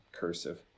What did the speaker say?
cursive